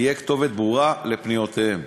תהיה כתובת ברורה לפניותיהם.